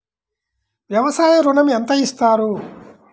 వ్యవసాయ ఋణం ఎంత ఇస్తారు?